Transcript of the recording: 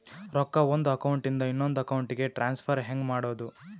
ರೊಕ್ಕ ಒಂದು ಅಕೌಂಟ್ ಇಂದ ಇನ್ನೊಂದು ಅಕೌಂಟಿಗೆ ಟ್ರಾನ್ಸ್ಫರ್ ಹೆಂಗ್ ಮಾಡೋದು?